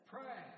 Pray